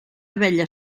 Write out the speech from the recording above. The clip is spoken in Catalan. abella